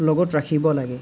লগত ৰাখিব লাগে